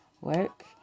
work